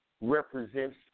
Represents